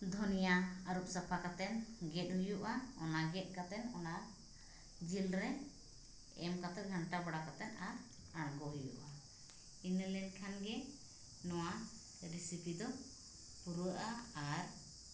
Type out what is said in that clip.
ᱫᱷᱚᱱᱤᱭᱟᱹ ᱟᱹᱨᱩᱵ ᱥᱟᱯᱟ ᱠᱟᱛᱮᱱ ᱜᱮᱫ ᱦᱩᱭᱩᱜᱼᱟ ᱚᱱᱟ ᱜᱮᱫ ᱠᱟᱛᱮᱱ ᱚᱱᱟ ᱡᱤᱞᱨᱮ ᱮᱢ ᱠᱟᱛᱮᱫ ᱜᱷᱟᱱᱴᱟ ᱵᱟᱲᱟ ᱠᱟᱛᱮᱫ ᱟᱨ ᱟᱲᱜᱳ ᱦᱩᱭᱩᱜᱼᱟ ᱤᱱᱟᱹᱞᱮᱱ ᱠᱷᱟᱱᱜᱮ ᱱᱚᱣᱟ ᱨᱮᱥᱤᱯᱤᱫᱚ ᱯᱩᱨᱟᱹᱜᱼᱟ ᱟᱨ